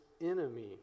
enemy